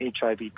HIV